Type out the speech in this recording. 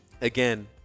again